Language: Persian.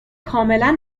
کاملا